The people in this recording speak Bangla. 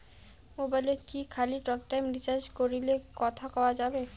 মোবাইলত কি খালি টকটাইম রিচার্জ করিলে কথা কয়া যাবে?